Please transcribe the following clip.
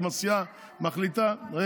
ומה הם אמרו על זה שהקואליציה, רגע,